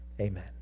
Amen